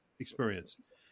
experience